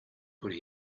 could